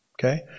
okay